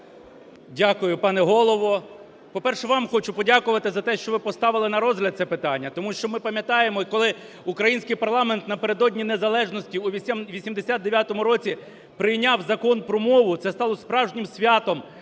Дякую, пане Голово. По-перше, вам хочу подякувати за те, що ви поставили на розгляд це питання, тому що ми пам'ятаємо, коли український парламент напередодні незалежності у 89 році прийняв Закон про мову, це стало справжнім святом